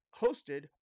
hosted